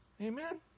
Amen